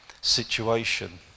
situation